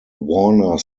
warner